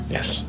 Yes